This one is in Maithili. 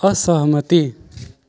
असहमति